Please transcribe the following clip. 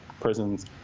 prisons